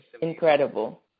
Incredible